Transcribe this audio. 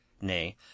nay